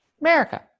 America